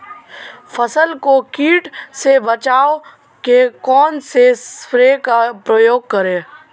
फसल को कीट से बचाव के कौनसे स्प्रे का प्रयोग करें?